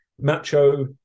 macho